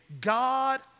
God